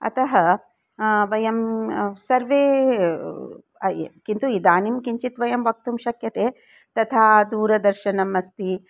अतः वयं सर्वे किन्तु इदानीं किञ्चित् वयं वक्तुं शक्यते तथा दूरदर्शनम् अस्ति